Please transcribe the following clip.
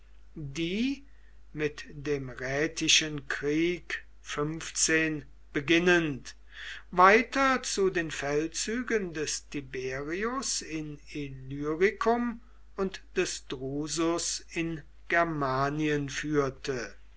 die mit dem rätischen krieg beginnend weiter zu den feldzügen des tiberius in illyricum und des drusus in germanien führte